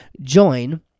join